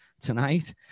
tonight